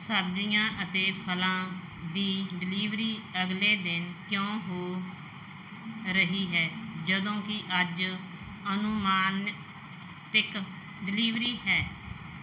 ਸਬਜ਼ੀਆਂ ਅਤੇ ਫਲਾਂ ਦੀ ਡਿਲੀਵਰੀ ਅਗਲੇ ਦਿਨ ਕਿਉਂ ਹੋ ਰਹੀ ਹੈ ਜਦੋਂ ਕਿ ਅੱਜ ਅਨੁਮਾਨਿਤਿਕ ਡਿਲੀਵਰੀ ਹੈ